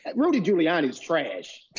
and rudy giuliani is trash.